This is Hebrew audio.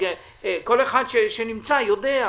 כל מי שנמצא יודע.